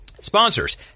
Sponsors